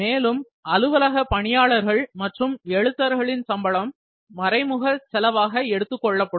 மேலும் அலுவலக பணியாளர்கள் மற்றும் எழுத்தர்களின் சம்பளம் மறைமுக செலவாக எடுத்துக்கொள்ளப்படும்